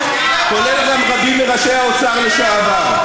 כולל גם רבים מראשי האוצר לשעבר.